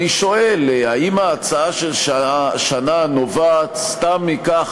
אני שואל: האם ההצעה של שנה נובעת סתם מכך